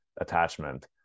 attachment